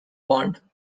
pond